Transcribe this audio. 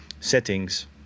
settings